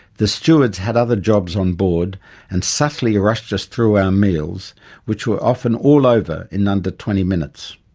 the stewards had other jobs on board and subtly rushed us through our meals which were often all over in under twenty minutes.